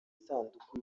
isanduku